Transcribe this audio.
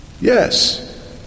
Yes